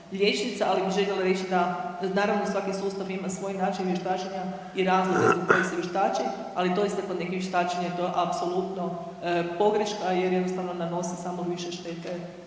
ali bi željela reći da naravno da svaki sustav ima svoj način vještačenja i razloge zbog kojega se vještači, ali doista kod nekih vještačenja je to apsolutno pogreška jer jednostavno nanosi samo više štete